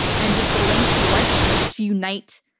and just the lengths he went to to unite.